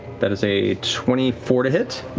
that is a twenty four to hit.